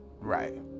right